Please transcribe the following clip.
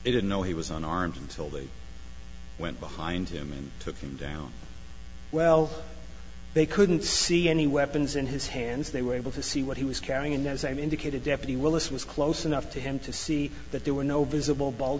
they didn't know he was unarmed until they went behind him and took him down well they couldn't see any weapons in his hands they were able to see what he was carrying and as i indicated deputy willis was close enough to him to see that there were no visible b